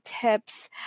tips